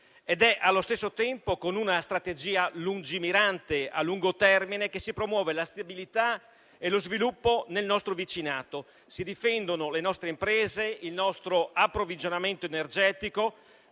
Ed è, allo stesso tempo, con una strategia lungimirante e a lungo termine che si promuove la stabilità e lo sviluppo nel nostro vicinato, si difendono le nostre imprese e il nostro approvvigionamento energetico